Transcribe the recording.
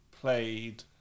played